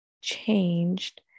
changed